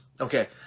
Okay